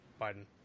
Biden